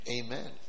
Amen